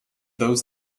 those